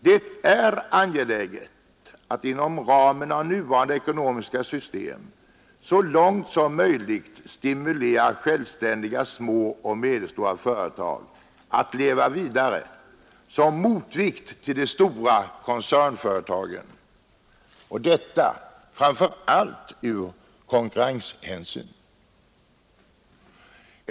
Det är angeläget att inom ramen för nuvarande ekonomiska system så långt som möjligt stimulera självständiga små och medelstora företag att leva vidare som motvikt till de stora koncernföretagen, detta framför allt av konkurrenshänsyn.